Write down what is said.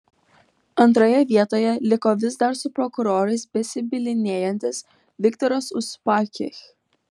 antroje vietoje liko vis dar su prokurorais besibylinėjantis viktoras uspaskich